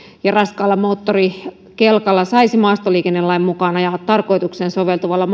ja raskaalla moottorikelkalla saisi maastoliikennelain mukaan ajaa tarkoitukseen soveltuvalla